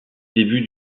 début